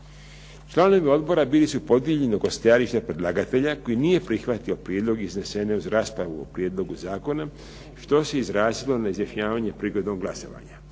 Članovi odbora bili su podijeljeni oko stajališta predlagatelja koji nije prihvatio prijedlog iznesen u raspravi o prijedlogu zakona što se izrazilo na izjašnjavanje prigodom glasovanja.